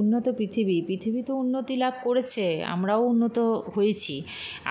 উন্নত পৃথিবী পৃথিবী তো উন্নতি লাভ করেছে আমরাও উন্নত হয়েছি